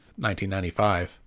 1995